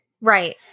Right